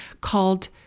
called